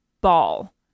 ball